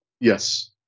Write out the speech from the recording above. Yes